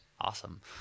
Awesome